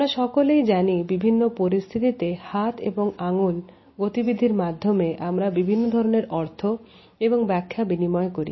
আমরা সকলেই জানি বিভিন্ন পরিস্থিতিতে হাত এবং আঙ্গুল গতিবিধির মাধ্যমে আমরা বিভিন্ন ধরনের অর্থ এবং ব্যাখ্যা বিনিময় করি